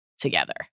together